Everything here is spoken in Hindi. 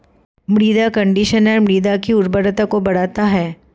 मृदा कंडीशनर मृदा की उर्वरता को बढ़ाता है